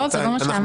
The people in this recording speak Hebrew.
זה לא מה שאמרתם?